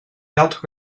felt